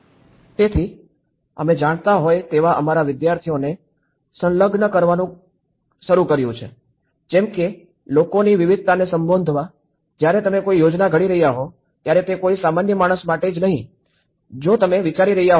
તેથીઅમે જાણતા હોય તેવા અમારા વિદ્યાર્થીઓને સંલગ્ન કરવાનું શરૂ કર્યું છે જેમ કે લોકોની વિવિધતાને સંબોધવા જ્યારે તમે કોઈ યોજના ઘડી રહ્યા હોવ ત્યારે તે કોઈ સામાન્ય માણસ માટે જ નહીં જો તમે વિચારી રહ્યા હોવ કે